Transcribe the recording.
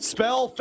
Spell